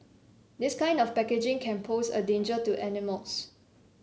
this kind of packaging can pose a danger to animals